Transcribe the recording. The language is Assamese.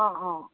অঁ অঁ